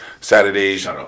Saturdays